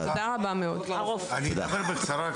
אני אדבר בקצרה.